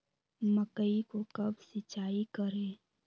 मकई को कब सिंचाई करे?